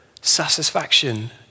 satisfaction